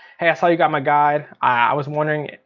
hey i saw you got my guide, i was wondering,